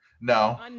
no